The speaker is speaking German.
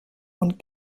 und